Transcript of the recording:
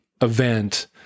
event